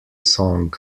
song